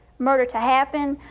murder to happen,